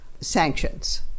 sanctions